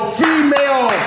female